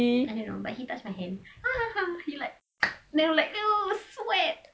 I don't know but he touched my hand he liked then like !eww! sweat